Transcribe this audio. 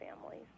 families